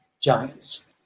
giants